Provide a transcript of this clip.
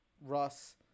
Russ